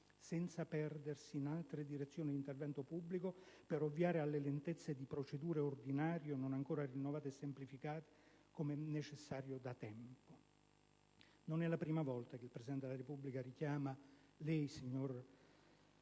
senza perdersi in altre direzioni di intervento pubblico per ovviare alle lentezze di procedure ordinarie non ancora rinnovate e semplificate come è necessario da tempo. Non è la prima volta che il Presidente della Repubblica richiama lei, signor